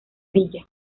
villa